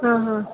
હાં હાં